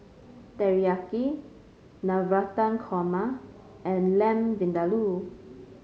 Teriyaki Navratan Korma and Lamb Vindaloo